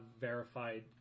verified